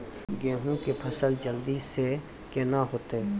गेहूँ के फसल जल्दी से के ना होते?